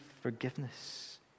forgiveness